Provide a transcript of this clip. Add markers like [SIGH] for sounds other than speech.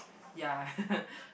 ya [LAUGHS]